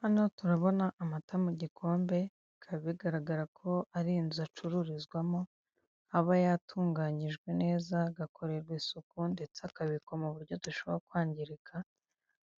Hano turabona amata mu gikombe bikaba bigaragara ko ari inzu acururizwamo, aba yatunganyijwe neza agakorerwa isuku ndetse akabikwama mu buryo adashobora kwangirika.